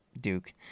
duke